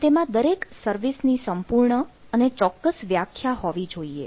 આમ તેમાં દરેક સર્વિસ ની સંપૂર્ણ અને ચોક્કસ વ્યાખ્યા હોવી જોઈએ